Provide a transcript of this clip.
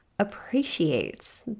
Appreciates